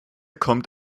kommt